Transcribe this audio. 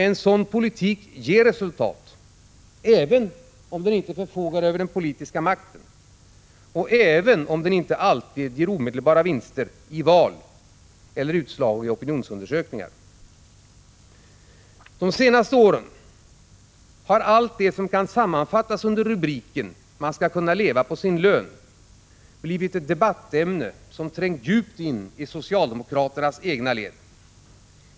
En sådan politik ger resultat — även om den inte förfogar över den politiska makten och även om den inte alltid ger omedelbara vinster i val eller utslag i opinionsundersökningar. De senaste åren har allt det som kan sammanfattas under rubriken ”man skall kunna leva på sin lön” blivit ett debattämne som trängt djupt in i socialdemokratins egna led.